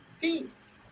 Peace